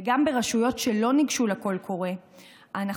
וגם אל רשויות שלא ניגשו לקול קורא אנחנו